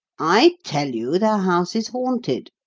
i tell you the house is haunted.